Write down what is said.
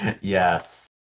Yes